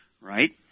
right